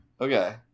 Okay